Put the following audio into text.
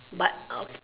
but